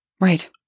Right